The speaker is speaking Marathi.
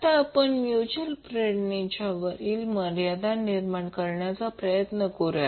आता आपण म्युच्युअल प्रेरणेच्या वरील मर्यादा निर्माण करण्याचा प्रयत्न करूया